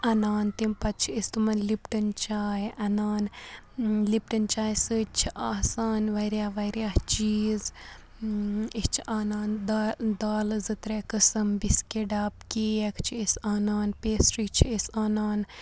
اَنان تمہِ پَتہٕ چھِ أسۍ تِمَن لِپٹَن چاے اَنان لِپٹَن چاے سۭتۍ چھِ آسان واریاہ واریاہ چیٖز أسۍ چھِ اَنان دا دالہٕ زٕ ترٛےٚ قٕسٕم بِسکیٖٹ ڈَبہٕ کیک چھِ أسۍ اَنان پیسٹِرٛی چھِ أسۍ اَنان